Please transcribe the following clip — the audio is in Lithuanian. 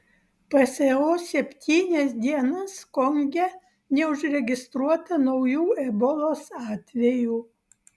pso septynias dienas konge neužregistruota naujų ebolos atvejų